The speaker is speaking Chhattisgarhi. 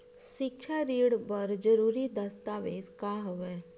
सिक्छा ऋण बर जरूरी दस्तावेज का हवय?